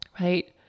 right